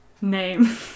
name